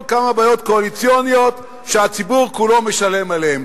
כמה בעיות קואליציוניות שהציבור כולו משלם עליהן.